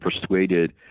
persuaded